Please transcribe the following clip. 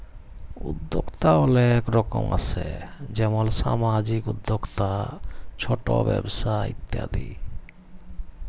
উদ্যক্তা অলেক রকম আসে যেমল সামাজিক উদ্যক্তা, ছট ব্যবসা ইত্যাদি